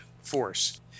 force